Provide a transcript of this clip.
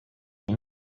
این